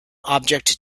object